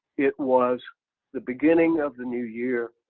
it was the beginning of the new year,